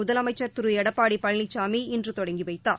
முதலமைச்சர் திரு எடப்பாடி பழனிசாமி இன்று தொடங்கி வைத்தார்